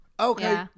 Okay